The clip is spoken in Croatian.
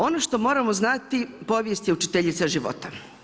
Ono što moramo znati, povijest je učiteljica života.